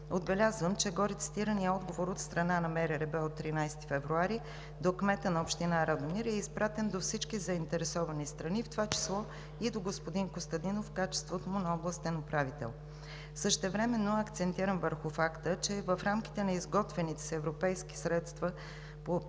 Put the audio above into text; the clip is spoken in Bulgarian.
Отбелязвам, че горецитираният отговор от страна на МРРБ от 13 февруари до кмета на община Радомир е изпратен до всички заинтересовани страни, в това число и до господин Костадинов в качеството му на областен управител. Същевременно акцентирам върху факта, че в рамките на изготвените с европейски средства по